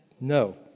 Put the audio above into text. No